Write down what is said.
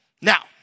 Now